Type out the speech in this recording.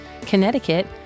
Connecticut